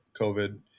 covid